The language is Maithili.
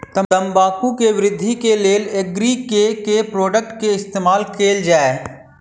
तम्बाकू केँ वृद्धि केँ लेल एग्री केँ के प्रोडक्ट केँ इस्तेमाल कैल जाय?